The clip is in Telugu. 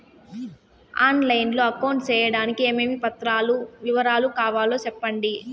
ఆన్ లైను లో అకౌంట్ సేయడానికి ఏమేమి పత్రాల వివరాలు కావాలో సెప్పండి?